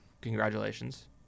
Congratulations